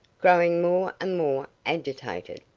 growing more and more agitated.